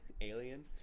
alien